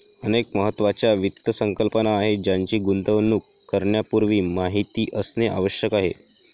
अनेक महत्त्वाच्या वित्त संकल्पना आहेत ज्यांची गुंतवणूक करण्यापूर्वी माहिती असणे आवश्यक आहे